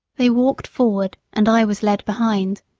they walked forward, and i was led behind.